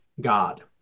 God